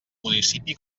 municipi